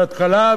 מההתחלה,